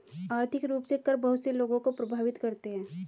आर्थिक रूप से कर बहुत से लोगों को प्राभावित करते हैं